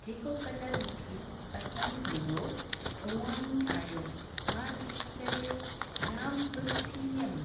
जेको कलर मूंखे पसंदि हुओ हूंअं ई आहियो मां ॾिसी करे जाम ख़ुशि थी वियमि